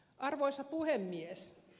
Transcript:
arvoisa puhemies